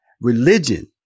religion